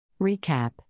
Recap